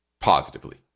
positively